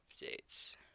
updates